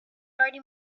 already